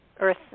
Earth